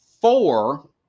four